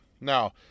Now